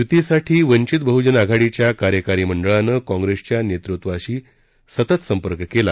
यूतीसाठी वंचित बहजन आघाडीच्या कार्यकारी मंडळानं काँग्रेसच्या केंद्रीय नेतृत्वाशी सतत संपर्क केला